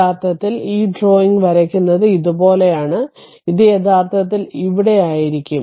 യഥാർത്ഥത്തിൽ ഈ ഡ്രോയിംഗ് വരയ്ക്കുന്നത് ഇതുപോലെയാണ് ഇത് യഥാർത്ഥത്തിൽ ഇവിടെ ആയിരിക്കും